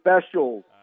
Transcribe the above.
special